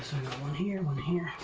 one here, one here,